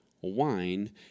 wine